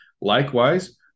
Likewise